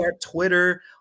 Twitter